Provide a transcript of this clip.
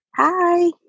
Hi